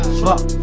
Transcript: fuck